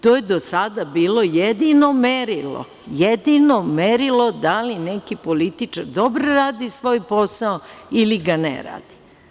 To je do sada bilo jedino merilo, jedino merilo da li neki političar dobro radi svoj posao ili ga ne radi.